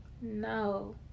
no